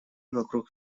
вокруг